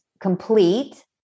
complete